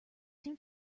seem